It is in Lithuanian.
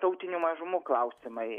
tautinių mažumų klausimai